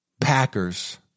Packers